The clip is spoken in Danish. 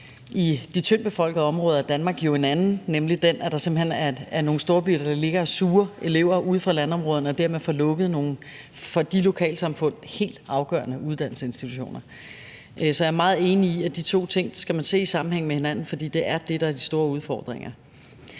i de tyndt befolkede områder af Danmark jo er en anden, nemlig den, at der simpelt hen er nogle storbyer, der ligger og suger elever ude fra landområderne og dermed får lukket nogle for de lokalsamfund helt afgørende uddannelsesinstitutioner. Så jeg er meget enig i, at man skal se de to ting i sammenhæng hinanden, for det er det, der er de store udfordringer.